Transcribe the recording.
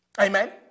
Amen